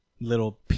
little